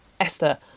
Esther